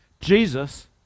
Jesus